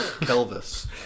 pelvis